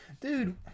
Dude